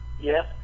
Yes